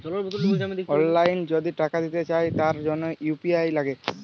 অললাইল যদি টাকা দিতে চায় তার জনহ ইউ.পি.আই লাগে